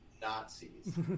Nazis